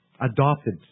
Adopted